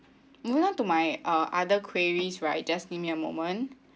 moment to my uh other queries right just give me a moment